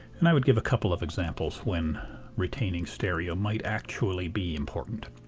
and i would give a couple of examples when retaining stereo might actually be important.